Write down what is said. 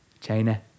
China